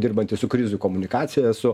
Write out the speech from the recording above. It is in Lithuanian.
dirbantis su krizių komunikacija su